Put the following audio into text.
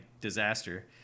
disaster